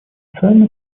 официально